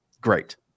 great